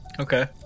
Okay